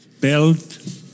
belt